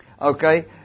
Okay